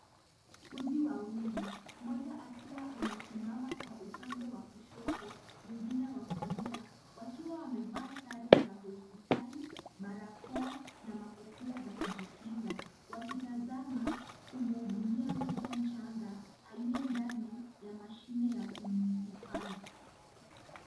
Wauguzi wawili mmoja akiwa amesimama kwa upande kwa kushoto mwingine wa kulia wakiwa wamevaa sare za hospitali, barakoa na makofia za kujikinga wakitazama kumhudumia mtoto mchanga aliye ndani ya mashine ya kumhifadhi.